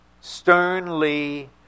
sternly